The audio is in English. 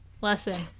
lesson